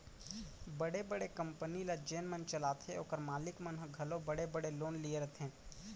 बड़े बड़े कंपनी ल जेन मन चलाथें ओकर मालिक मन ह घलौ बड़े बड़े लोन लिये रथें